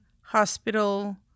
hospital